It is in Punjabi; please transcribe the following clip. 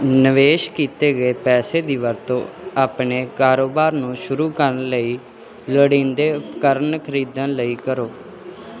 ਨਿਵੇਸ਼ ਕੀਤੇ ਗਏ ਪੈਸੇ ਦੀ ਵਰਤੋਂ ਆਪਣੇ ਕਾਰੋਬਾਰ ਨੂੰ ਸ਼ੁਰੂ ਕਰਨ ਲਈ ਲੋੜੀਂਦੇ ਉਪਕਰਣ ਖਰੀਦਣ ਲਈ ਕਰੋ